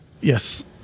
Yes